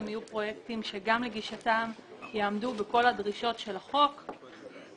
יהיו פרויקטים שגם לגישתם יעמדו בכל הדרישות של החוק גם